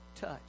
touch